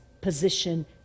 position